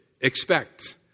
expect